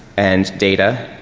and data,